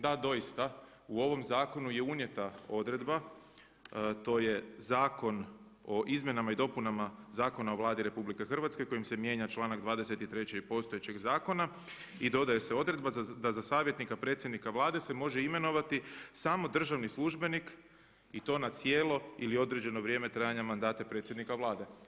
Da, doista u ovom zakonu je unijeta odredba, to je Zakon o izmjenama i dopuna zakona o Vladi RH kojim se mijenja članak 23. postojećeg zakona i dodaje se odredba da za savjetnika predsjednika Vlade se može imenovati samo državni službenik i to na cijelo ili na određeno vrijeme trajanja mandata predsjednika Vlade.